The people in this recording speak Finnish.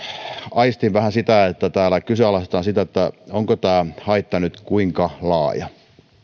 aistin vähän sitä että täällä kyseenalaistetaan sitä onko tämä haitta nyt kuinka laaja